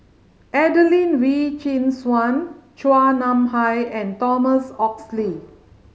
Adelene Wee Chin Suan Chua Nam Hai and Thomas Oxley